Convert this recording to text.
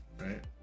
right